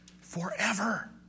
forever